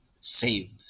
saved